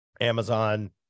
Amazon